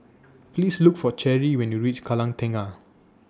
Please Look For Cherie when YOU REACH Kallang Tengah